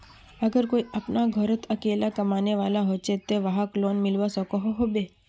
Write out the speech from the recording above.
अगर कोई अपना घोरोत अकेला कमाने वाला होचे ते वाहक लोन मिलवा सकोहो होबे?